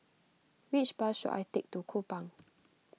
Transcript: which bus should I take to Kupang